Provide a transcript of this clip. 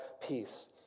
peace